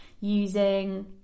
using